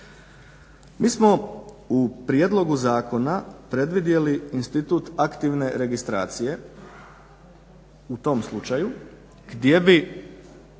Mi smo u prijedlogu zakona predvidjeli institut aktivne registracije u tom slučaju gdje bi